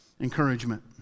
encouragement